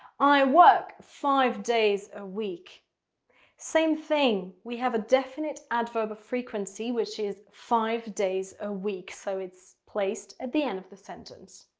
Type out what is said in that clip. i work five days a week same thing. we have a definite adverb of frequency which is five days a week so it's placed at the end of the sentence.